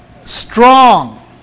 strong